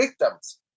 victims